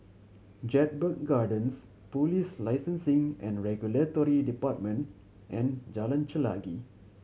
Jedburgh Gardens Police Licensing and Regulatory Department and Jalan Chelagi